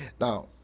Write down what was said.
Now